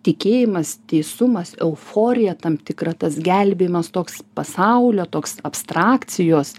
tikėjimas teisumas euforija tam tikra tas gelbėjimas toks pasaulio toks abstrakcijos